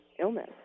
illness